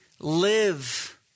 live